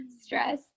Stress